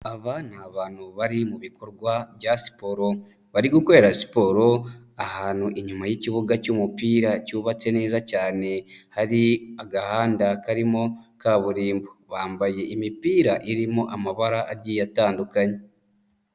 Aba ni abantu bari mu bikorwa bya siporo, bari gukorera siporo ahantu inyuma y'kibuga cy'umupira cyubatse neza cyane hari agahanda karimo kaburimbo, bambaye imipira irimo amabara agiye atandukanye.